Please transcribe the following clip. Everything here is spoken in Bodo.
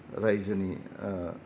राइजोनि